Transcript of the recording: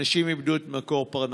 אנשים איבדו את מקור פרנסתם.